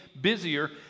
busier